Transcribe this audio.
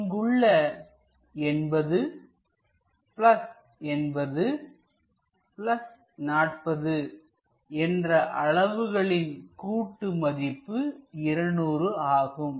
இங்குள்ள 808040 என்ற அளவுகளின் கூட்டு மதிப்பு 200 ஆகும்